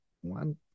One